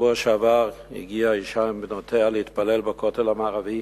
בשבוע שעבר הגיעה אשה עם בנותיה להתפלל בכותל המערבי.